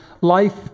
life